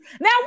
Now